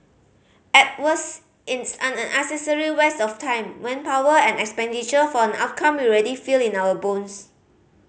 at worst it's an unnecessary waste of time manpower and expenditure for an outcome we already feel in our bones